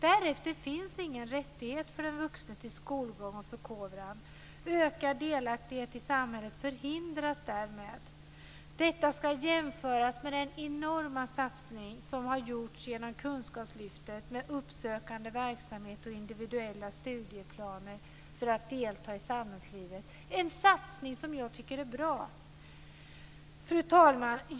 Därefter finns ingen rättighet för den vuxna till skolgång och förkovran. Ökad delaktighet i samhället förhindras därmed. Detta ska jämföras med den enorma satsning som har gjorts genom kunskapslyftet med uppsökande verksamhet och individuella studieplaner för att delta i samhällslivet. Det är en satsning som jag tycker är bra. Fru talman!